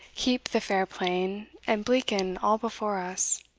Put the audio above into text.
heap the fair plain, and bleaken all before us.